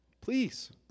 Please